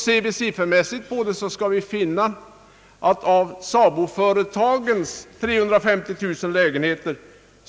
Ser vi siffermässigt på det skall vi finna, att av SABO företagens 350 000 lägenheter